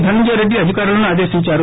ధనంజయ రేడ్డి అధికారులని ఆదేశించారు